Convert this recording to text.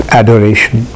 adoration